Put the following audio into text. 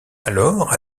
alors